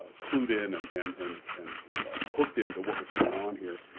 ah clued in and and and and hooked into what was going on here.